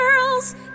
girls